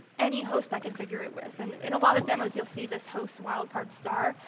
any host i configure it with. and in a lot of demos, you'll see this host wildcard star.